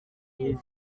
hejuru